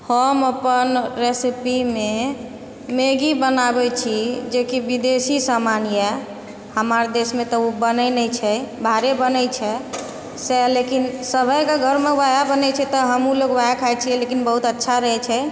हम अपन रेसीपीमे मैगी बनाबै छी जेकि विदेशी सामान अइ हमर देसमे तऽ ओ बनै नहि छै बाहरे बनै छै सएह लेकिन सबके घरमे वएह बनै छै हमहूँ लोक वएह खाइ छिए लेकिन बहुत अच्छा रहै छै